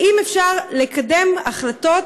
האם אפשר לקדם החלטות